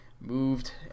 moved